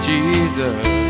Jesus